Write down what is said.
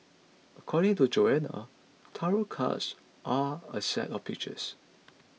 according to Joanna tarot cards are a set of pictures